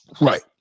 Right